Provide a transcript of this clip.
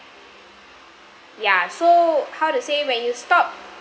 ya so how to say when you stop